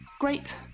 Great